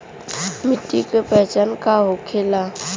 मिट्टी के पहचान का होखे ला?